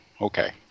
Okay